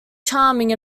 charming